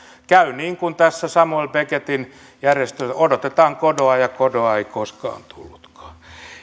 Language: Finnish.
käy niin kuin tässä samuel beckettin näytelmässä odotetaan godotta ja godot ei koskaan tullutkaan